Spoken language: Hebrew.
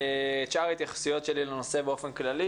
שאר ההתייחסויות שלי לנושא באופן כללי